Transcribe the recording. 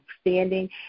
standing